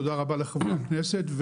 תודה רבה לחברי הכנסת,